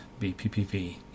BPPV